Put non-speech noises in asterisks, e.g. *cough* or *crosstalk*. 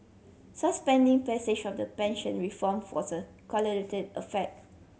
suspending passage of the pension reform *unintelligible* effect